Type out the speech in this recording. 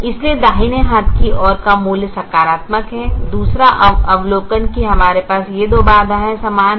इसलिए दाहिने हाथ की ओर का मूल्य सकारात्मक है दूसरा अवलोकन कि हमारे पास ये दो बाधाएं समान हैं